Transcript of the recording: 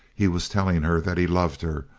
he was telling her that he loved her,